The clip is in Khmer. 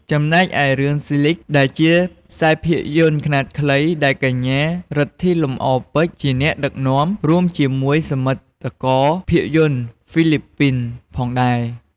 ចំណែកឯរឿង ស៊ីលីគ (Silig) ដែលជាខ្សែភាពយន្តខ្នាតខ្លីដែល កញ្ញា រិទ្ធី លំអរពេជ្រ ជាអ្នកដឹកនាំ រួមជាមួយសមិទ្ធិករភាពយន្តហ្វីលីពីនផងដែរ។